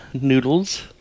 noodles